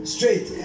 Straight